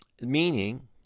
Meaning